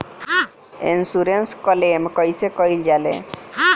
Insurance claim कइसे कइल जा ले?